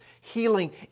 healing